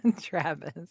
Travis